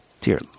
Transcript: Dear